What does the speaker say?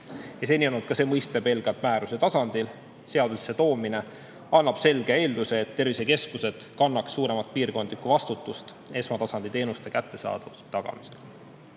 isikud. Seni on see mõiste olnud pelgalt määruse tasandil. Seadusesse toomine annab selge eelduse, et tervisekeskused kannaks suuremat piirkondlikku vastutust esmatasandi teenuste kättesaadavuse tagamisel.